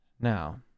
Now